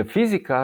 בפיזיקה,